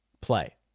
play